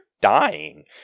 dying